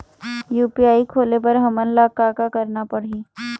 UPI खोले बर हमन ला का का करना पड़ही?